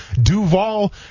Duval